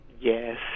Yes